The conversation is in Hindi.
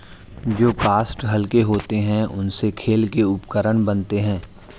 जो काष्ठ हल्के होते हैं, उनसे खेल के उपकरण बनते हैं